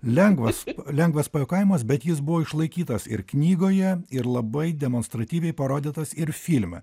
lengvas lengvas pajuokavimas bet jis buvo išlaikytas ir knygoje ir labai demonstratyviai parodytas ir filme